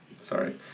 sorry